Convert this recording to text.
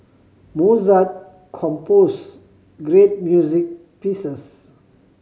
Mozart composed great music pieces